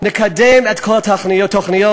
נקדם את כל התוכניות.